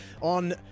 On